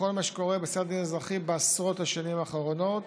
בכל מה שקורה בסדר הדין האזרחי בעשרות השנים האחרונות,